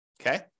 Okay